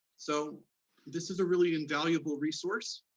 so this is a really invaluable resource